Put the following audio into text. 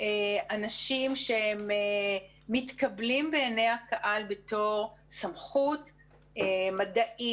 אנשים שמתקבלים בעיני הקהל בתור סמכות מדעית,